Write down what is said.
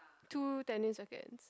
two tennis rackets